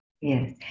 Yes